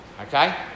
Okay